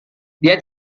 dia